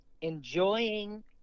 enjoying